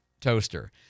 toaster